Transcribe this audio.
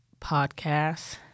podcasts